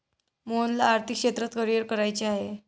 मोहनला आर्थिक क्षेत्रात करिअर करायचे आहे